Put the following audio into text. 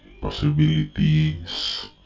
Possibilities